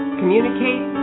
communicate